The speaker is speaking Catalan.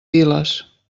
piles